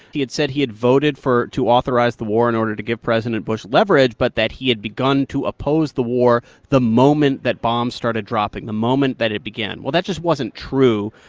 he had said he had voted for to authorize the war in order to give president bush leverage but that he had begun to oppose the war the moment that bombs started dropping, the moment that it began. well, that just wasn't true.